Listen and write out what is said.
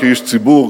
כאיש ציבור,